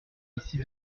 ici